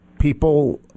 people